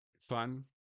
fun